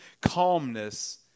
calmness